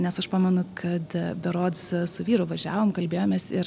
nes aš pamenu kad berods su vyru važiavom kalbėjomės ir